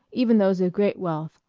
even those of great wealth,